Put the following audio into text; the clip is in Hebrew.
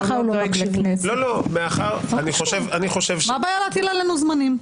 --- מה הבעיה להטיל עלינו זמנים?